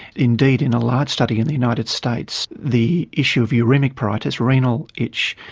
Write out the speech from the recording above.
indeed in a large study in the united states the issue of uraemic pruritus, renal itch,